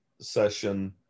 session